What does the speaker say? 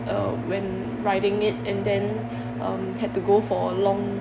uh when riding it and then um had to go for a long